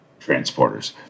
transporters